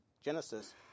Genesis